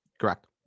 Correct